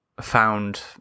found